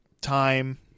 time